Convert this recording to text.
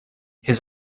his